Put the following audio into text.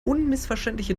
unmissverständliche